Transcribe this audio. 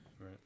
Right